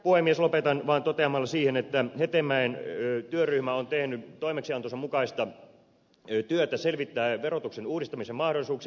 lopetan vain toteamalla sen että hetemäen työryhmä on tehnyt toimeksiantonsa mukaista työtä selvittäen verotuksen uudistamisen mahdollisuuksia